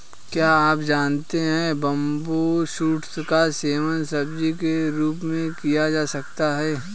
क्या आप जानते है बम्बू शूट्स का सेवन सब्जी के रूप में किया जा सकता है?